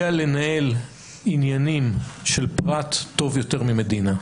לנהל עניינים של פרט טוב יותר ממדינה.